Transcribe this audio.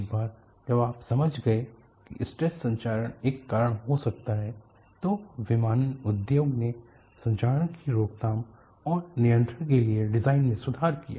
एक बार जब आप समझ गए हैं कि स्ट्रेस संक्षारण एक कारण हो सकता है तो विमानन उद्योग ने संक्षारण की रोकथाम और नियंत्रण के लिए डिजाइन में सुधार किया